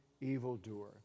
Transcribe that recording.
evildoer